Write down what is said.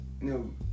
No